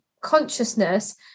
consciousness